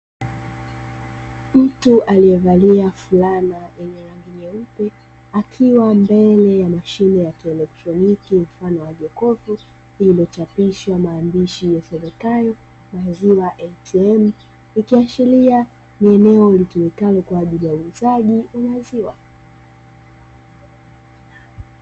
Mtu aliyevalia fulana yenye rangi nyeupe, akiwa mbele ya mashine ya kieletroniki mfano wa jokofu lililochapishwa maandishi yasomekayo "Maziwa ATM" ikiashiria ni eneo litumikalo kwaajili ya uuzaji wa maziwa.